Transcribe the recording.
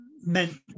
meant